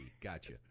Gotcha